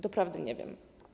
Doprawdy nie wiem.